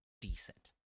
decent